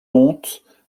honte